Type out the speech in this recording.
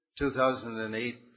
2008